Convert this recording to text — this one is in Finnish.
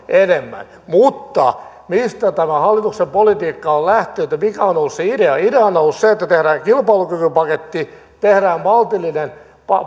enemmän mutta mistä tämä hallituksen politiikka on lähtenyt ja mikä on ollut se idea idea on ollut se että tehdään kilpailukykypaketti tehdään maltillinen